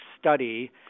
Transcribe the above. study